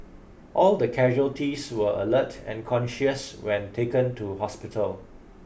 all the casualties were alert and conscious when taken to hospital